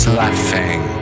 laughing